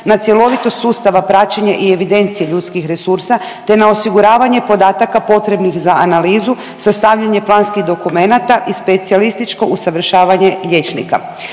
na cjelovitost sustava praćenja i evidencije ljudskih resursa te na osiguravanje podataka potrebnih za analizu, sastavljanje planskih dokumenata i specijalističko usavršavanje liječnika.